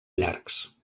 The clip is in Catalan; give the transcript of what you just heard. llargs